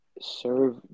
serve